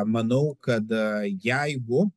manau kad jeigu